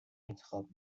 انتخاب